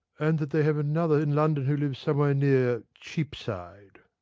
and that they have another in london who lives somewhere near cheapside.